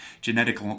genetic